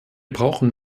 brauchen